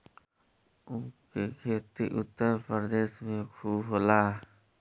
ऊख के खेती उत्तर प्रदेश में खूब होला